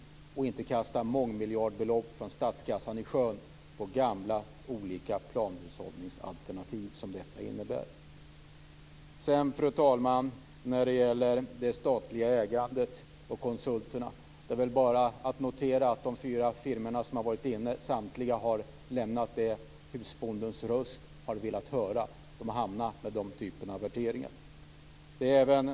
Man skall inte kasta mångmiljardbelopp från statskassan i sjön på olika gamla planhushållningsalternativ som detta förslag innebär. Fru talman! När det gäller det statliga ägandet och konsulterna är det bara att notera att de fyra firmorna som varit involverade samtliga har lämnat det husbondens röst har velat höra. De har hamnat på den typen av värderingar.